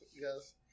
yes